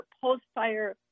post-fire